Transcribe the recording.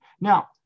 Now